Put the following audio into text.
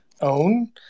own